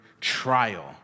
trial